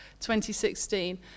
2016